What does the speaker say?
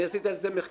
אני עשיתי על זה מחקר.